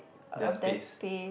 their space